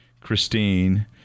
Christine